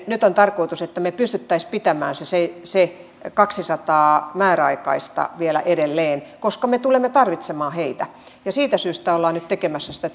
nyt on tarkoitus että me pystyisimme pitämään ne kaksisataa määräaikaista vielä edelleen koska me tulemme tarvitsemaan heitä siitä syystä ollaan nyt tekemässä sitä